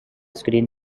screen